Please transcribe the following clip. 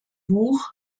buch